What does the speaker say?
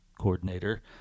coordinator